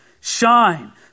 shine